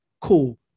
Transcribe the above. Cool